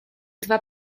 dwa